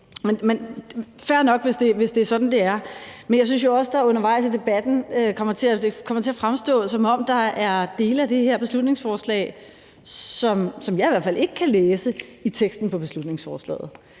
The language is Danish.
er fair nok, hvis det er sådan, det er. Jeg synes jo også, at det undervejs i debatten er kommet til at fremstå, som om der er dele af det her beslutningsforslag, som jeg i hvert fald ikke kan læse i teksten til beslutningsforslaget.